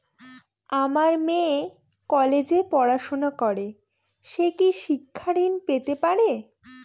আমার মেয়ে কলেজে পড়াশোনা করে সে কি শিক্ষা ঋণ পেতে পারে?